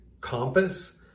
compass